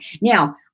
Now